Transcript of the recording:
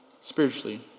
spiritually